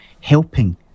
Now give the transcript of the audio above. helping